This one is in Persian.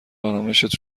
آرامِشت